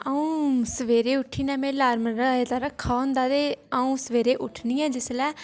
अ'ऊं सवेरे उट्ठियै ना में लार्म लाए दा रक्खे दा होंदा ऐ ते अ'ऊं सवेरे उट्ठनी आं जिसलै